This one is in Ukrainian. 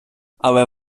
але